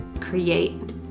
create